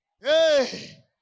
hey